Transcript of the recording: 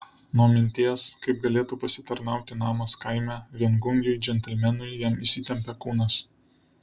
nuo minties kaip galėtų pasitarnauti namas kaime viengungiui džentelmenui jam įsitempė kūnas